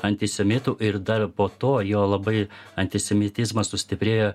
antisemitu ir dar po to jo labai antisemitizmas sustiprėja